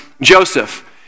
Joseph